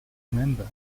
member